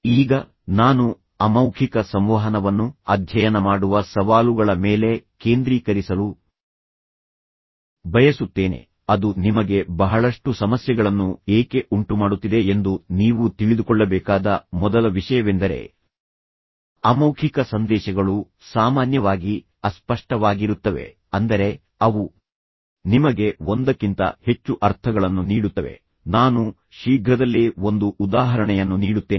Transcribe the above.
ಈಗ ನಾನು ಅಮೌಖಿಕ ಸಂವಹನವನ್ನು ಅಧ್ಯಯನ ಮಾಡುವ ಸವಾಲುಗಳ ಮೇಲೆ ಕೇಂದ್ರೀಕರಿಸಲು ಬಯಸುತ್ತೇನೆ ಅದು ನಿಮಗೆ ಬಹಳಷ್ಟು ಸಮಸ್ಯೆಗಳನ್ನು ಏಕೆ ಉಂಟುಮಾಡುತ್ತಿದೆ ಎಂದು ನೀವು ತಿಳಿದುಕೊಳ್ಳಬೇಕಾದ ಮೊದಲ ವಿಷಯವೆಂದರೆ ಅಮೌಖಿಕ ಸಂದೇಶಗಳು ಸಾಮಾನ್ಯವಾಗಿ ಅಸ್ಪಷ್ಟವಾಗಿರುತ್ತವೆ ಅಂದರೆ ಅವು ನಿಮಗೆ ಒಂದಕ್ಕಿಂತ ಹೆಚ್ಚು ಅರ್ಥಗಳನ್ನು ನೀಡುತ್ತವೆ ನಾನು ಶೀಘ್ರದಲ್ಲೇ ಒಂದು ಉದಾಹರಣೆಯನ್ನು ನೀಡುತ್ತೇನೆ